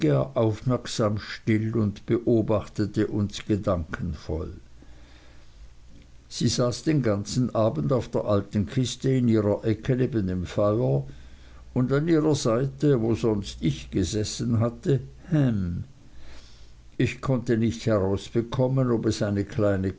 aufmerksam still und beobachtete uns gedankenvoll sie saß den ganzen abend auf der alten kiste in ihrer ecke neben dem feuer und an ihrer seite wo sonst ich gesessen hatte ham ich konnte nicht herausbekommen ob es eine kleine